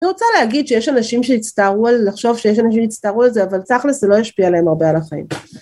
אני רוצה להגיד שיש אנשים שהצטערו על, לחשוב שיש אנשים שהצטערו על זה, אבל בסך הלך זה לא ישפיע עליהם הרבה על החיים.